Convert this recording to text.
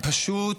פשוט